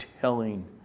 telling